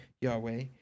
Yahweh